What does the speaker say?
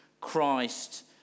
Christ